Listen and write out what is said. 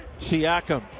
Siakam